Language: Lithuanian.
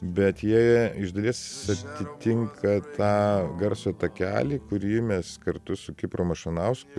bet jie iš dalies atitinka tą garso takelį kurį mes kartu su kipru mašanausku